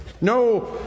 No